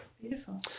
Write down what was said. Beautiful